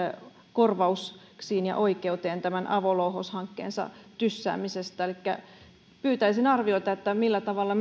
korvauksiin ja oikeuteen tämän avolouhoshankkeensa tyssäämisestä elikkä pyytäisin arviota siitä millä tavalla